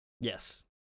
Yes